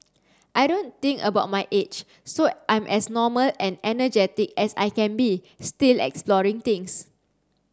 I don't think about my age so I'm as normal and energetic as I can be still exploring things